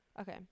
Okay